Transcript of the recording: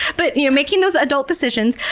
but you know, making those adult decisions,